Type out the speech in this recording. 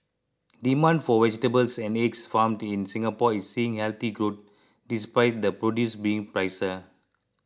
demand for vegetables and eggs farmed in Singapore is seeing healthy growth despite the produce being pricier